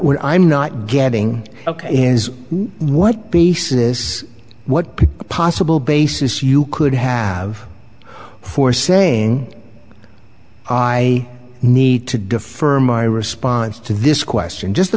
what i'm not getting ok is what peace is what possible basis you could have for saying i need to defer my response to this question just